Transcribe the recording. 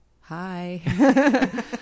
hi